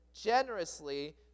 generously